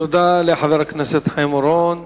תודה לחבר הכנסת חיים אורון.